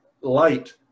light